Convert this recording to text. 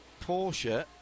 Porsche